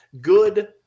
good